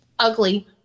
Ugly